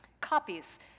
copies